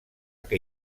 que